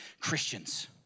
Christians